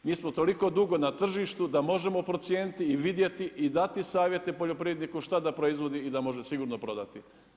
Mi smo toliko dugo na tržištu da možemo procijeniti i vidjeti i dati savjete poljoprivredniku šta da proizvodi i da može sigurno prodati.